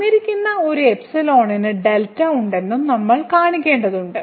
തന്നിരിക്കുന്ന ഒരു ന് ഉണ്ടെന്ന് നമ്മൾ കാണിക്കേണ്ടതുണ്ട്